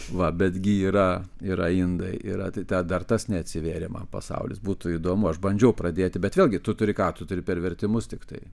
va betgi yra yra indai yra tai tą dar tas neatsivėrė man pasaulis būtų įdomu aš bandžiau pradėti bet vėlgi tu turi ką tu turi per vertimus tiktai